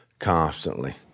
constantly